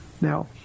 Now